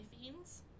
Fiends